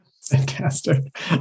Fantastic